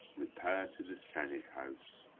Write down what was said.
repair to the senate-house.